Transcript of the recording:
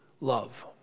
love